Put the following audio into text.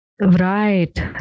Right